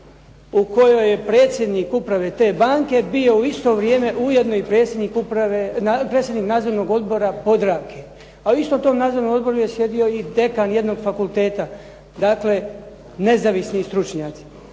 u kojoj je predsjednik uprave te banke bio u isto vrijeme ujedno i predsjednik Nadzornog odbora Podravke, a u istom tom nadzornom odboru je sjedio i dekan jednog fakulteta, dakle nezavisni stručnjaci.